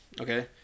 Okay